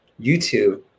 YouTube